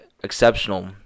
exceptional